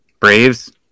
Braves